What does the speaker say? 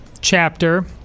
chapter